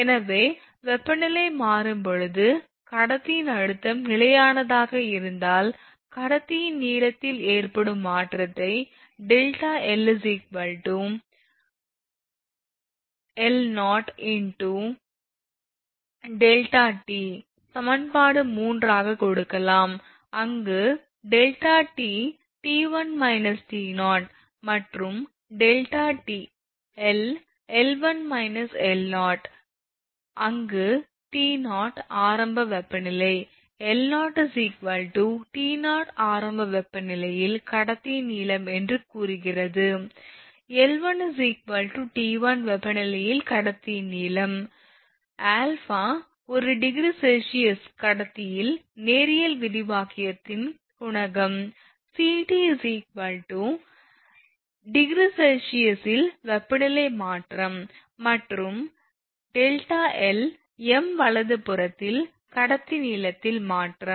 எனவே வெப்பநிலை மாறும்போது கடத்தியின் அழுத்தம் நிலையானதாக இருந்தால் கடத்தியின் நீளத்தில் ஏற்படும் மாற்றத்தை Δl l0 α Δt சமன்பாடு 3 ஆகக் கொடுக்கலாம் அங்கு Δt மற்றும் Δl அங்கு t0 ஆரம்ப வெப்பநிலை l0 t0 ஆரம்ப வெப்பநிலையில் கடத்தி நீளம் என்று கூறுகிறது l1 t1 வெப்பநிலையில் கடத்தி நீளம் α ஒரு °C க்கு கடத்தியின் நேரியல் விரிவாக்கத்தின் குணகம் Ct °C இல் வெப்பநிலை மாற்றம் மற்றும் Δl m வலதுபுறத்தில் கடத்தி நீளத்தில் மாற்றம்